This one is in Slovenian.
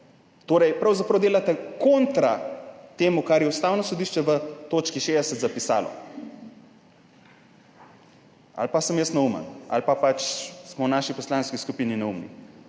pravzaprav delate kontra temu, kar je Ustavno sodišče v točki 60 zapisalo, ali pa sem jaz neumen, ali pa smo pač v naši poslanski skupini neumni.